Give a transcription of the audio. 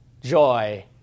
joy